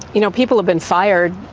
you know people have been fired.